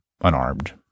unarmed